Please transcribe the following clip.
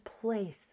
place